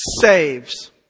saves